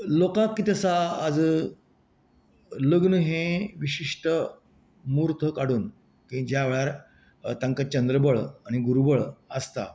लोकांक कितें आसा आयज लग्न हें विशिश्ट म्हुर्त काडून की ज्या वेळार तांका चंद्र बळ आनी गुरू बळ आसता